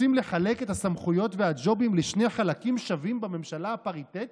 רוצים לחלק את הסמכויות והג'ובים לשני חלקים שווים בממשלה הפריטטית,